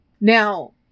Now